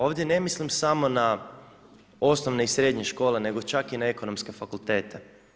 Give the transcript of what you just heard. Ovdje ne mislim samo na osnovne i srednje škole, nego čak i na ekonomske fakultete.